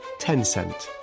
Tencent